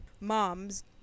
moms